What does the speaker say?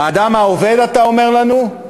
האדם העובד, אתה אומר לנו?